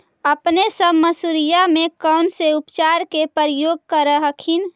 अपने सब मसुरिया मे कौन से उपचार के प्रयोग कर हखिन?